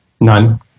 None